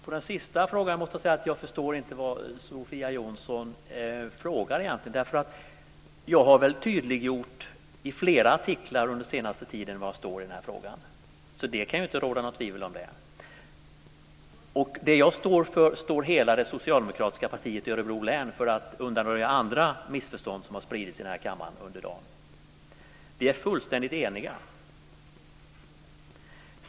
Herr talman! Jag måste säga att jag inte förstår vad det egentligen är Sofia Jonsson frågar om i den sista frågan. Jag har väl tydliggjort i flera artiklar under den senaste tiden var jag står i den här frågan. Det kan det inte råda något tvivel om. Det jag står för står hela det socialdemokratiska partiet i Örebro län för. Detta säger jag för att undanröja andra missförstånd som har spridits i den här kammaren under dagen. Vi är fullständigt eniga.